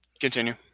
continue